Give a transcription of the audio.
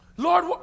Lord